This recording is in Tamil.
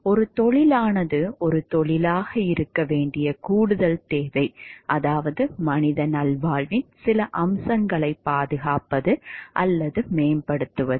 ஒரு தொழிலானது ஒரு தொழிலாக இருக்க வேண்டிய கூடுதல் தேவை அதாவது மனித நல்வாழ்வின் சில அம்சங்களைப் பாதுகாப்பது அல்லது மேம்படுத்துவது